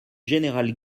général